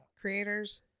creators